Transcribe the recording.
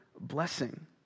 blessing